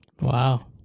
Wow